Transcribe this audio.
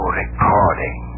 recording